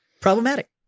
problematic